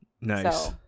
Nice